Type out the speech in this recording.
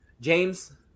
James